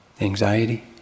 Anxiety